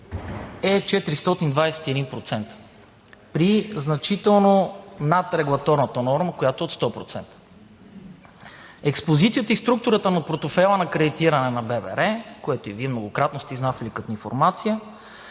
е 421% при значително над регулаторната норма, която е от 100%. Експозицията и структурата на портфейла на кредитиране на ББР, което и Вие многократно сте изнасяли като информация,